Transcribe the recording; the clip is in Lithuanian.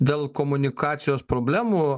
dėl komunikacijos problemų